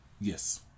Yes